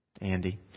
Andy